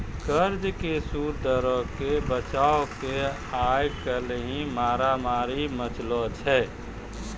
कर्जा के सूद दरो के बचाबै के आइ काल्हि मारामारी मचलो छै